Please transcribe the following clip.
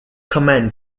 command